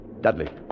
Dudley